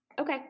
Okay